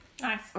Nice